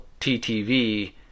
TTV